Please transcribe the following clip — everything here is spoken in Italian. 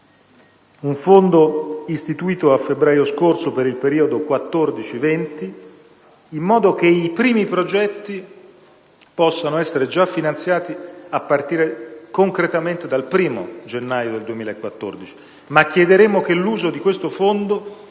un fondo istituito a febbraio scorso per il periodo 2014-2020, in modo che i primi progetti possano essere già finanziati a partire concretamente dal 1o gennaio 2014. Chiederemo però che l'uso di questo fondo